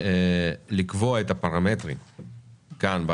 זה בהתאם למצלמות ולשערים שיוצבו.